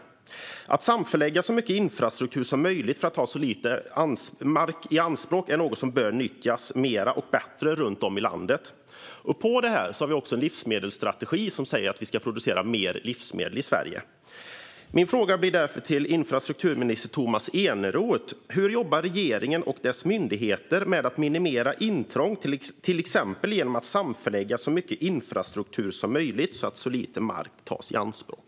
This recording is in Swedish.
Att samförlägga så mycket infrastruktur som möjligt för att ta så lite mark i anspråk som möjligt är något som bör nyttjas mer och bättre runt om i landet. På det finns också en livsmedelsstrategi som säger att vi ska producera mer livsmedel i Sverige. Min fråga blir därför till infrastrukturminister Tomas Eneroth: Hur jobbar regeringen och dess myndigheter med att minimera intrång, till exempel genom att samförlägga så mycket infrastruktur som möjligt så att så lite mark som möjligt tas i anspråk?